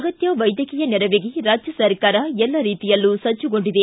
ಅಗತ್ಯ ವೈದ್ಯಕೀಯ ನೆರವಿಗೆ ರಾಜ್ಯ ಸರ್ಕಾರ ಎಲ್ಲ ರೀತಿಯಲ್ಲೂ ಸಜ್ಜುಗೊಂಡಿದೆ